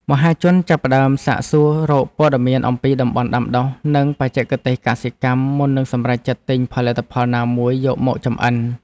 មហាជនចាប់ផ្តើមសាកសួររកព័ត៌មានអំពីតំបន់ដាំដុះ និងបច្ចេកទេសកសិកម្មមុននឹងសម្រេចចិត្តទិញផលិតផលណាមួយយកមកចម្អិន។